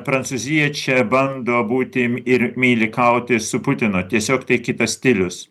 prancūzija čia bando būti ir meilikauti su putinu tiesiog tai kitas stilius